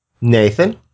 Nathan